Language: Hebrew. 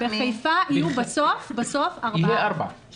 בחיפה יהיו בסוף ארבעה.